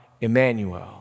Emmanuel